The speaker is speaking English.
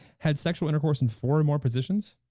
had sexual intercourse in four or more positions?